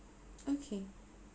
okay